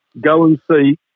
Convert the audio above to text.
go-and-see